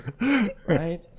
Right